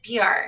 PR